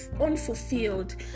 unfulfilled